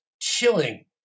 chilling